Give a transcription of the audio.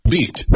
Beat